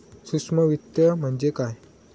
सूक्ष्म वित्त म्हणजे काय?